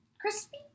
Crispy